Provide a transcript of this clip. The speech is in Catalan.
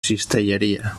cistelleria